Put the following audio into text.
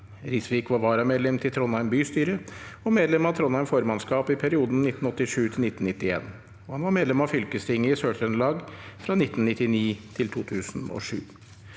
Risvik var varamedlem til Trondheim bystyre og medlem av Trondheim formannskap i perioden 1987–1991. Han var medlem av fylkestinget i Sør-Trøndelag fra 1999 til 2007.